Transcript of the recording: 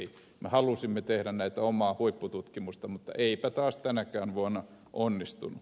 me halusimme tehdä omaa huippututkimusta mutta eipä taas tänäkään vuonna onnistunut